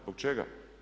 Zbog čega?